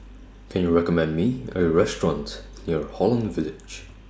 Can YOU recommend Me A Restaurant near Holland Village